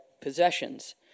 possessions